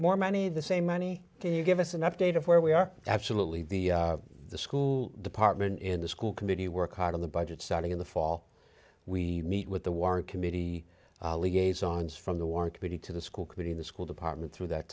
more money the same money that you give us an update of where we are absolutely the the school department in the school committee work hard in the budget starting in the fall we meet with the war committee liaison's from the war committee to the school committee in the school department through that